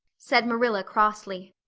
said marilla crossly.